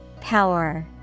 Power